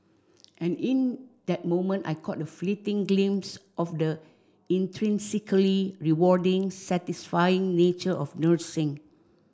and in that moment I caught a fleeting glimpse of the intrinsically rewarding satisfying nature of nursing